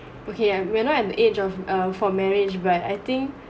okay when I'm at age of err for marriage right I think